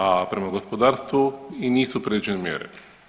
A prema gospodarstvu i nisu predviđene mjere.